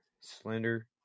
Slender